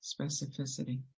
specificity